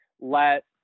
let